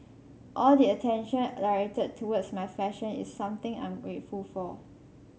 all the attention directed towards my fashion is something I'm grateful for